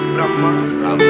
Brahma